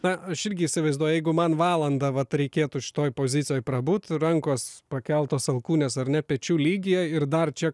na aš irgi įsivaizduoju jeigu man valandą vat reikėtų šitoj pozicijoj prabūt rankos pakeltos alkūnės ar ne pečių lygyje ir dar čia